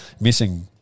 missing